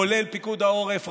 כולל פיקוד העורף.